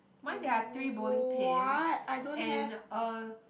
mine there are three bowling pins and a